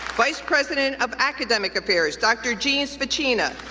vice president of academic affairs dr. jean svacina,